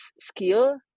skill